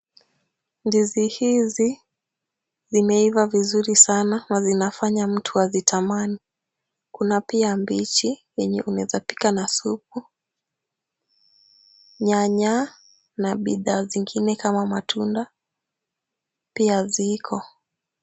Ndizi hizi zimeiva vizuri sana na zinafanya mtu azitamani, kuna pia mbichi, zenye unaweza pika na supu, nyanya na bidhaa zingine kama matunda, pia ziko.